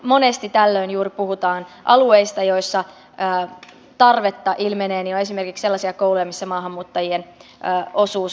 monesti tällöin juuri puhutaan alueista joilla tarvetta ilmenee ja on esimerkiksi sellaisia kouluja missä maahanmuuttajien osuus on suurempi